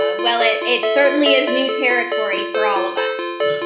ah well, it it certainly is new territory for all of us.